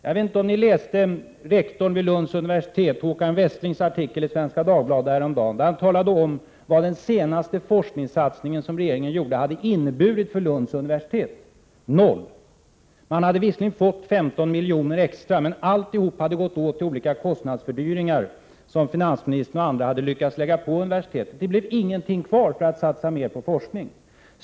Jag vet inte om ni läste artikeln häromdagen i Svenska Dagbladet av rektorn vid Lunds universitet, Håkan Westling, där han talade om vad den senaste forskningssatsning som regeringen gjorde hade inneburit för Lunds universitet: noll. Man hade visserligen fått 15 miljoner extra, men alltihop hade gått åt till olika kostnadsfördyringar som finansministern och andra hade lyckats lägga på universitetet. Det blev ingenting kvar för att satsa mer. på forskning.